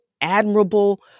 admirable